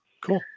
Cool